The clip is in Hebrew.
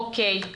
אוקיי.